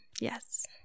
Yes